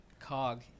cog